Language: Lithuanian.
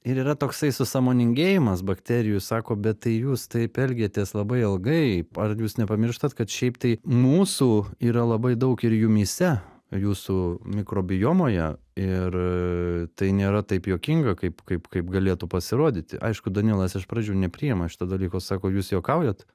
ir yra toksai susąmoningėjimas bakterijų sako bet tai jūs taip elgiatės labai ilgai ar jūs nepamirštat kad šiaip tai mūsų yra labai daug ir jumyse ir jūsų mikrobiomoje ir tai nėra taip juokinga kaip kaip kaip galėtų pasirodyti aišku danilas iš pradžių nepriima šito dalyko sako jūs juokaujat